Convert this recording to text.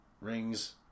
rings